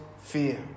fear